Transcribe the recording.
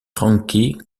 frankie